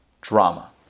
drama